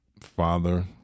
father